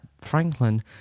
Franklin